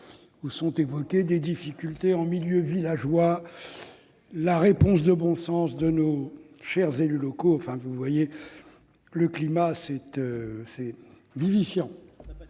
! Nous évoquons des difficultés en milieu villageois, la réponse de bon sens de nos chers élus locaux ... Très bien ! Vous voyez le climat : c'est vivifiant